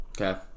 Okay